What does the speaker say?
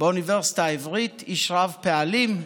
באוניברסיטה העברית, איש רב פעלים,